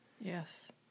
Yes